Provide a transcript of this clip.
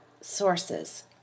sources